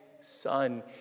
son